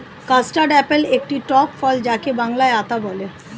custard apple একটি টক ফল যাকে বাংলায় আতা বলে